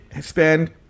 spend